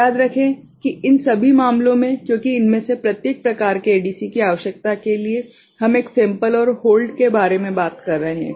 याद रखें कि इन सभी मामलों में क्योंकि इनमें से प्रत्येक प्रकार के एडीसी की आवश्यकता के लिए हम एक सेंपल और होल्ड के बारे में बात कर रहे हैं